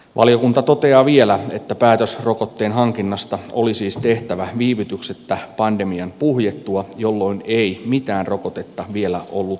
valiokunta toteaa vielä että päätös rokotteen hankinnasta oli siis tehtävä viivytyksettä pandemian puhjettua jolloin ei mitään rokotetta vielä ollut valmiina